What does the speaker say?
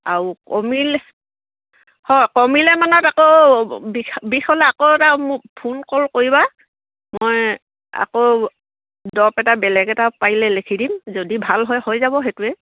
আও কমিলে হয় কমিলে মানত আকৌ বিষ হ'লে আকৌ এটা মোক ফোন কল কৰিবা মই আকৌ দৰব এটা বেলেগ এটা পাৰিলে লিখি দিম যদি ভাল হয় হৈ যাব সেইটোৱে